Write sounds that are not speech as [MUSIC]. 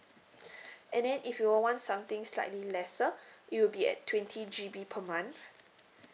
[BREATH] and then if you want something slightly lesser it will be at twenty G_B per month